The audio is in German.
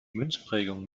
münzprägung